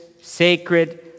sacred